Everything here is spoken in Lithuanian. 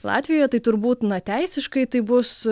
latvijoje tai turbūt na teisiškai tai bus